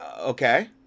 Okay